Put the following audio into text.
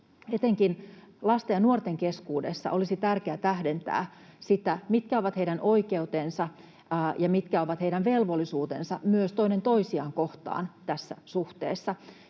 Etenkin lasten ja nuorten keskuudessa olisi tärkeä tähdentää sitä, mitkä ovat heidän oikeutensa ja mitkä ovat heidän velvollisuutensa myös toinen toisiaan kohtaan tässä suhteessa.